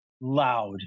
loud